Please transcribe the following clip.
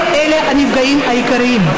הם הנפגעים העיקרים.